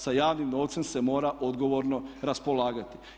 Sa javnim novcem se mora odgovorno raspolagati.